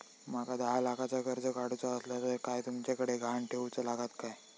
माका दहा लाखाचा कर्ज काढूचा असला तर काय तुमच्याकडे ग्हाण ठेवूचा लागात काय?